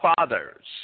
fathers